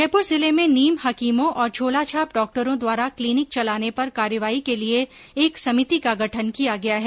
जयपुर जिले में नीम हकीमों और झोलाछाप डॉक्टरों द्वारा क्लिनिक चलाने पर कार्यवाही के लिये एक समिति का गठन किया गया है